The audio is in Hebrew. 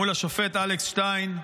מול השופט אלכס שטיין,